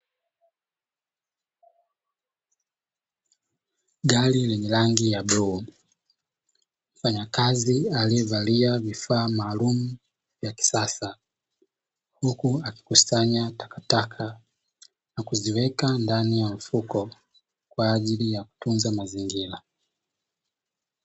Gari lenye rangi ya bluu, mfanyakazi aliyevalia vifaa maalumu vya kisasa huku akikusanya takataka na kuziweka ndani ya mfuko kwa ajili ya kutunza mazingira.